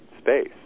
space